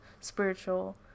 spiritual